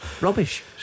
Rubbish